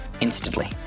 instantly